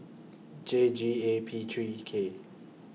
J G A P three K